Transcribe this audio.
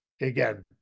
again